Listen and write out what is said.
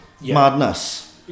madness